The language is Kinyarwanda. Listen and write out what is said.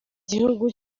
gihugu